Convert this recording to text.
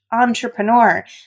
entrepreneur